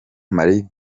marie